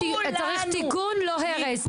צריך תיקון לא הרס,